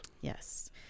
Yes